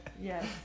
Yes